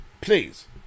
Please